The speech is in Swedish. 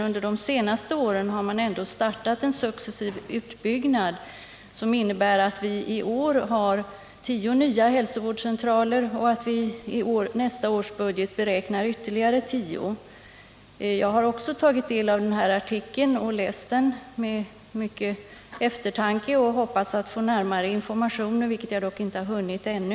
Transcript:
Under de senaste åren har man dock startat en successiv utbyggnad, som innebär att vi i år har tio nya hälsovårdscentraler och att vi i nästa års budget beräknar att starta ytterligare tio. Också jag har tagit del av den nämnda artikeln och läst den med mycken eftertanke. Jag hoppas att få närmare informationer i frågan, vilket jag dock inte har hunnit erhålla ännu.